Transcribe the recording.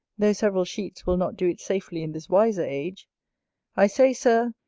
though several sheets will not do it safely in this wiser age i say, sir,